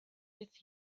with